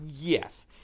Yes